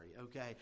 Okay